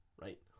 Right